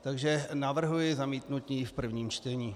Takže navrhuji zamítnutí v prvním čtení.